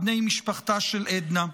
בני משפחתה של עדנה,